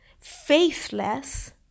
faithless